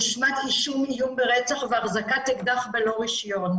הושמט אישום איום ברצח והחזקת אקדח ללא רישיון.